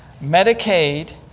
Medicaid